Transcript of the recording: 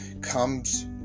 comes